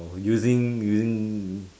or using using